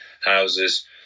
houses